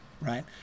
right